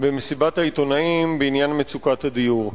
במסיבת העיתונאים בעניין מצוקת הדיור,